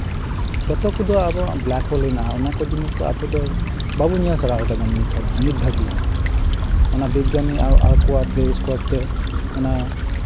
ᱡᱚᱛᱚ ᱠᱚᱫᱚ ᱟᱵᱚᱣᱟᱜ ᱵᱞᱮᱠ ᱦᱳᱞ ᱦᱮᱱᱟᱜᱼᱟ ᱚᱱᱟ ᱠᱚ ᱡᱤᱱᱤᱥ ᱫᱚ ᱟᱵᱚ ᱫᱚ ᱵᱟᱵᱚᱱ ᱧᱮᱞ ᱥᱮᱲᱟ ᱟᱠᱟᱫᱟ ᱱᱤᱛ ᱦᱚᱸ ᱱᱤᱛ ᱫᱷᱟᱹᱵᱤᱡ ᱦᱚᱸ ᱚᱱᱟ ᱵᱤᱜᱽᱜᱟᱱᱤ ᱟᱠᱚᱣᱟᱜ ᱴᱮᱞᱤᱥᱠᱳᱯ ᱛᱮ ᱚᱱᱟ